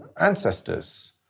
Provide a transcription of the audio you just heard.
ancestors